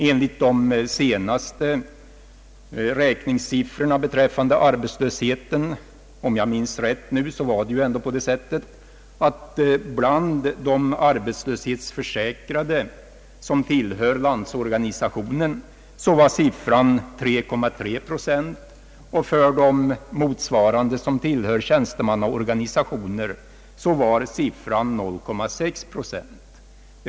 Enligt de senaste siffrorna för arbetslösheten, om jag minns dem rätt, var 3,3 procent av de arbetslöshetsförsäkrade som tillhör Landsorganisationen arbetslösa, och för dem som tillhör tjänstemannaorganisationer 0,6 procent.